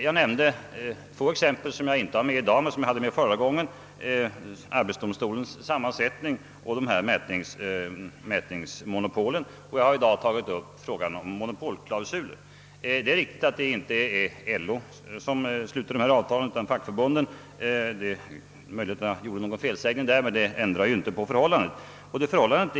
Jag nämnde två exempel som jag inte har med i dag men som var med förra gången, nämligen arbetsdom I dag har jag tagit upp frågan om monopolklausulen. Det är riktigt att det inte är LO som sluter dessa avtal utan fackförbunden — det är möjligt att jag gjorde en felsägning därvidlag. Men detta ändrar ju inte på förhållandet.